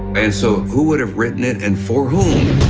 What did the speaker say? and so who would've written it, and for whom?